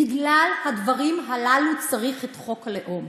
בגלל הדברים הללו צריך את חוק הלאום.